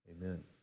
Amen